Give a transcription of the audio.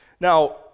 Now